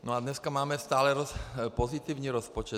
A dneska máme stále pozitivní rozpočet.